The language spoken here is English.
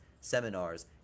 seminars